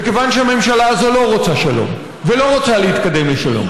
וכיוון שהממשלה הזאת לא רוצה שלום ולא רוצה להתקדם לשלום,